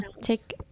take